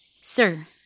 Sir